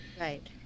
Right